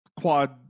quad